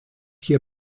hier